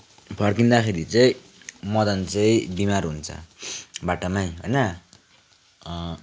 फर्किँदाखेरि चाहिँ मदन चाहिँ बिमार हुन्छ बाटामै होइन